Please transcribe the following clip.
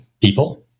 people